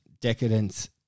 decadence